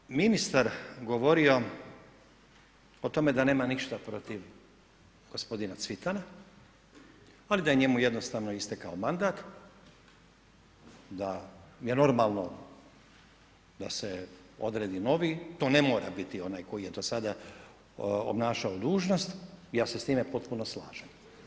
Kada je ministar govorio o tome da nema ništa protiv gospodina Cvitana ali da je njemu jednostavno istekao mandat, da je normalo da se odredi novi, to ne mora biti onaj koji je do sada obnašao dužnost i ja se s time potpuno slažem.